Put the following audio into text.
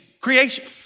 creation